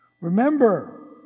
Remember